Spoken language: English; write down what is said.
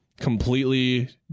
completely